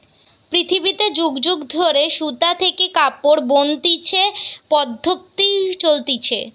পৃথিবীতে যুগ যুগ ধরে সুতা থেকে কাপড় বনতিছে পদ্ধপ্তি চলতিছে